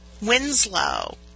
Winslow